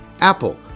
Apple